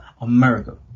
America